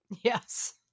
Yes